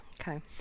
Okay